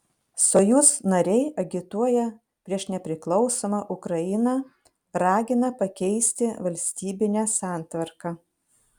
sojuz nariai agituoja prieš nepriklausomą ukrainą ragina pakeisti valstybinę santvarką